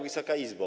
Wysoka Izbo!